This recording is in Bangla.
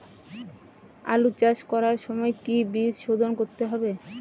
আলু চাষ করার সময় কি বীজ শোধন করতে হবে?